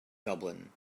dublin